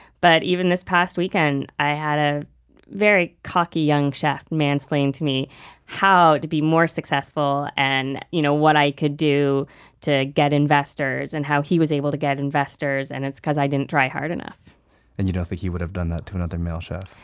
but even this past weekend, i had a very cocky, young chef mansplain to me how to be more successful, and you know what i could do to get investors, and how he was able to get investors. and it's because i didn't try hard enough and you don't think he would've done that to another male chef?